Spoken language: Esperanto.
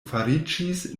fariĝis